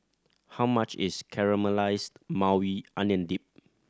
how much is Caramelized Maui Onion Dip